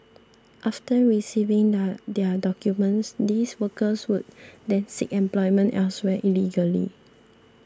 after receiving the their documents these workers would then seek employment elsewhere illegally